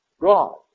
God